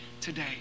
today